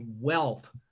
wealth